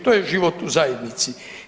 To je život u zajednici.